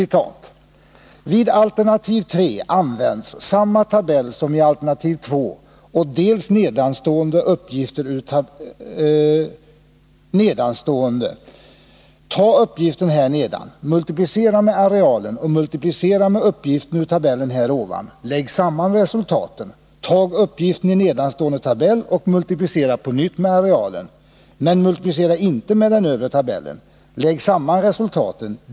”Vid alternativ 3 används samma tabell som i alternativ 2 och dels nedanstående. Ta uppgiften härnedan. Multiplicera med arealen och multiplicera med uppgiften ur tabellen härovan. Lägg samman resultaten. Tag uppgiften i nedanstående tabell och multiplicera på nytt med arealen, men multiplicera inte med den övre tabellen. Lägg samman resultaten.